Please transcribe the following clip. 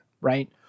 right